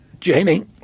Jamie